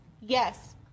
Yes